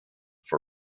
for